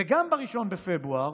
וגם ב-1 בפברואר,